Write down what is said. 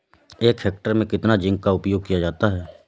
एक हेक्टेयर में कितना जिंक का उपयोग किया जाता है?